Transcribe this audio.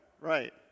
Right